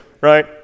right